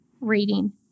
reading